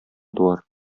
туар